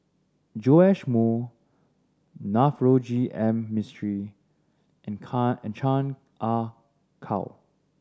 Joash Moo Navroji M Mistri and can and Chan Ah Kow